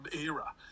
era